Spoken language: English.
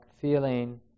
feeling